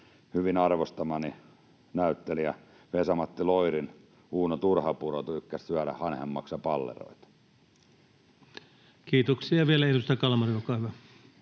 Hyvin arvostamani näyttelijän Vesa-Matti Loirin Uuno Turhapuro tykkäsi syödä hanhenmaksapalleroita. Kiitoksia. — Vielä edustaja Kalmari, olkaa hyvä.